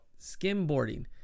skimboarding